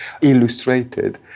illustrated